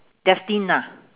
destined ah